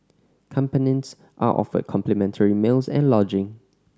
companions are offered complimentary meals and lodging